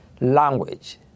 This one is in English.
language